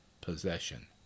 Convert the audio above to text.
possession